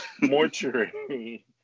mortuary